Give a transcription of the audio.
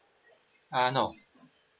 ah no